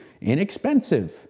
inexpensive